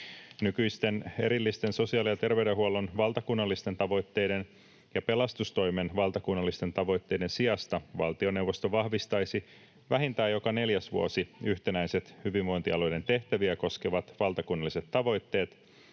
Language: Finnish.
Nykyisten erillisten sosiaali‑ ja terveydenhuollon valtakunnallisten tavoitteiden ja pelastustoimen valtakunnallisten tavoitteiden sijasta valtioneuvosto vahvistaisi vähintään joka neljäs vuosi yhtenäiset hyvinvointialueiden tehtäviä koskevat valtakunnalliset tavoitteet,